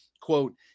quote